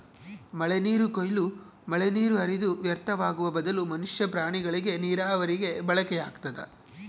ಮಳೆನೀರು ಕೊಯ್ಲು ಮಳೆನೀರು ಹರಿದು ವ್ಯರ್ಥವಾಗುವ ಬದಲು ಮನುಷ್ಯ ಪ್ರಾಣಿಗಳಿಗೆ ನೀರಾವರಿಗೆ ಬಳಕೆಯಾಗ್ತದ